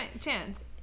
chance